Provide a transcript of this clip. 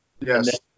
Yes